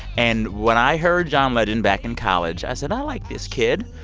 and when i heard john legend back in college, i said, i like this kid.